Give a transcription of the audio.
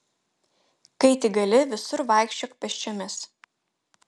kai tik gali visur vaikščiok pėsčiomis